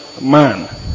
man